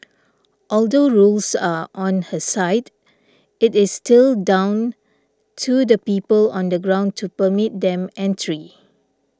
although rules are on her side it is still down to the people on the ground to permit them entry